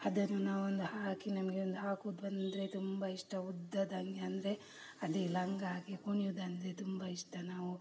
ಅದನ್ನು ನಾವು ಒಂದು ಹಾಕಿ ನಮಗೆ ಒಂದು ಹಾಕೋದು ಬಂದರೆ ತುಂಬ ಇಷ್ಟ ಉದ್ದದ ಅಂಗಿ ಅಂದರೆ ಅದೇ ಲಂಗ ಹಾಕಿ ಕುಣಿಯುವುದೆಂದ್ರೆ ತುಂಬ ಇಷ್ಟ ನಾವು